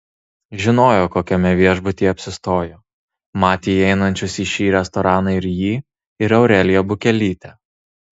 žinojo kokiame viešbutyje apsistojo matė įeinančius į šį restoraną ir jį ir aureliją bukelytę